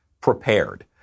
prepared